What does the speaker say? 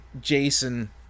Jason